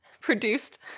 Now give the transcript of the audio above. produced